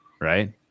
right